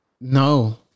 No